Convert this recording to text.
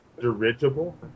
Dirigible